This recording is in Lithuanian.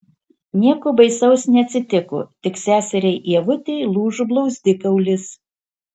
nieko baisaus neatsitiko tik seseriai ievutei lūžo blauzdikaulis